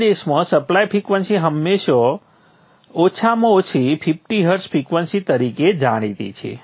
આપણા દેશમાં supply frequency હંમેશા ઓછામાં ઓછી 50 હર્ટ્ઝ ફ્રિકવન્સી તરીકે જાણીતી છે